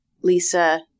Lisa